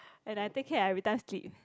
and I take cab I every time sleep